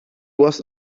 was